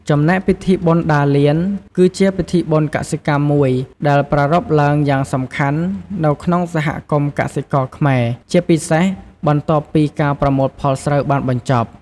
ចំណែកពិធីបុណ្យដារលាន គឺជាពិធីបុណ្យកសិកម្មមួយដែលប្រារព្ធឡើងយ៉ាងសំខាន់នៅក្នុងសហគមន៍កសិករខ្មែរ ជាពិសេស បន្ទាប់ពីការប្រមូលផលស្រូវបានបញ្ចប់។